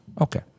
Okay